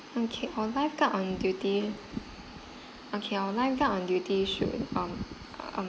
okay our lifeguard on duty okay our lifeguard on duty should um um